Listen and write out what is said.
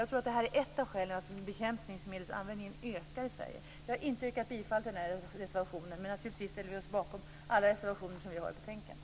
Jag tror att det här är ett av skälen till att användningen av bekämpningsmedel ökar i Sverige. Jag har inte yrkat bifall till den reservationen, men naturligtvis ställer vi oss bakom alla de reservationer som vi har i betänkandet.